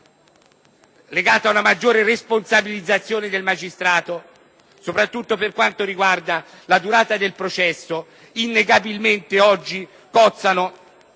legate a una maggiore responsabilizzazione del magistrato soprattutto per quanto riguarda la durata del processo, innegabilmente oggi cozzano